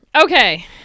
Okay